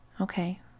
Okay